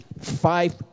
five